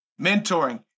mentoring